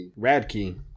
Radkey